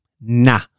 nah